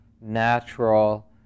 natural